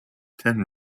ten